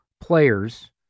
players